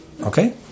okay